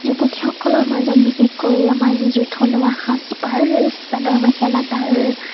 যুৱতীসকলৰ মাজত বিশেষকৈ আমাৰ যিযোৰ থলুৱা সাজপাৰ চাদৰ মেখেলা তাৰ